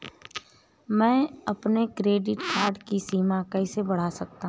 मैं अपने credit card की सीमा कैसे बढ़ा सकता हूँ?